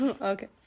Okay